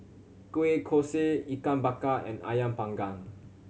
kueh kosui Ikan Bakar and Ayam Panggang